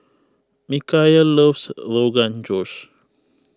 Micheal loves Rogan Josh